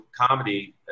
comedy